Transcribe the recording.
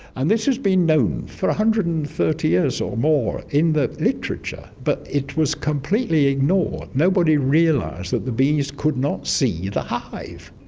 and this has been known for one hundred and thirty years or more in the literature, but it was completely ignored. nobody realised that the bees could not see the hive.